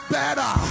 better